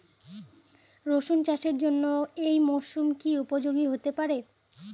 রসুন চাষের জন্য এই মরসুম কি উপযোগী হতে পারে?